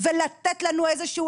זו הייתה הדרישה של